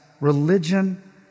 religion